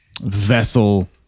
vessel